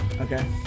Okay